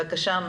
בבקשה.